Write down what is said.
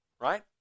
right